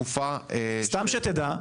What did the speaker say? בתקופה --- סתם שתדע,